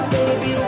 baby